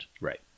Right